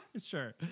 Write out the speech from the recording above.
Sure